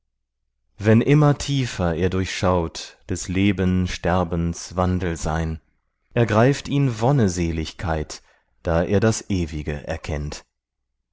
wenn immer tiefer er durchschaut dies lebensterbens wandelsein ergreift ihn wonneseligkeit da er das ewige erkennt